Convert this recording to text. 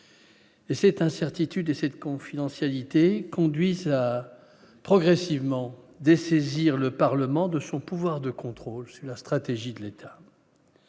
Et cette incertitude cette confidentialité conduisent à progressivement dessaisir le Parlement de son pouvoir de contrôle sur la stratégie de l'État,